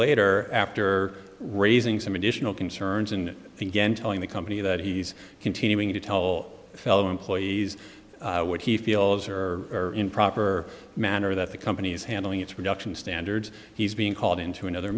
later after raising some additional concerns and again telling the company that he's continuing to tell fellow employees what he feels or improper manner that the company's handling its production standards he's being called into another